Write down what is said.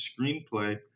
screenplay